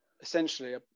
essentially